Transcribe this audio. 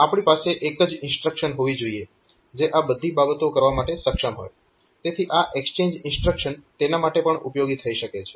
આપણી પાસે એક જ ઇન્સ્ટ્રક્શન હોવી જોઈએ જે આ બધી બાબતો કરવા માટે સક્ષમ હોય તેથી આ એક્સચેન્જ ઇન્સ્ટ્રક્શન તેના માટે ઉપયોગી થઈ શકે છે